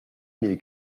mille